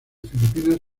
filipinas